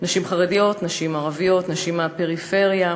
נשים חרדיות, נשים ערביות, נשים מהפריפריה.